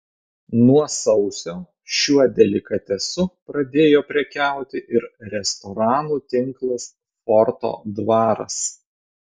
nuo sausio šiuo delikatesu pradėjo prekiauti ir restoranų tinklas forto dvaras